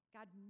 God